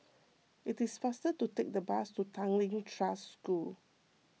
it is faster to take the bus to Tanglin Trust School